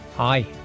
Hi